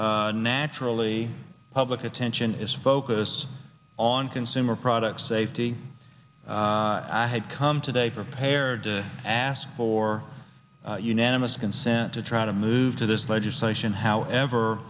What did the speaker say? season naturally public at attention is focused on consumer product safety i had come today prepared to ask for unanimous consent to try to move to this legislation however